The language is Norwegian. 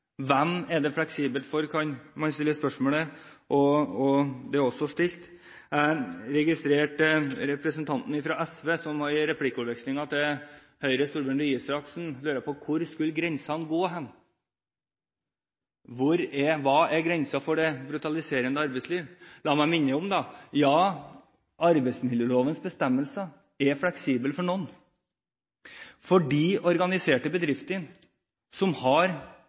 Hvem det er fleksibelt for, kan man stille spørsmål om – og det er også stilt. Jeg registrerte at representanten fra SV i replikkordvekslingen til Høyres Torbjørn Røe Isaksen lurte på: Hvor skulle grensene gå, og hva er grensen for det brutaliserende arbeidsliv? La meg da minne om at arbeidsmiljølovens bestemmelser er fleksible for noen. I de organiserte bedriftene som har